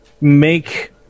make